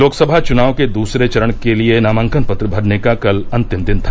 लोकसभा चुनाव के दूसरे चरण के लिये नामांकन पत्र भरने का कल अंतिम दिन था